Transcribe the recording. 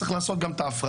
צריך לעשות גם את ההפרדה.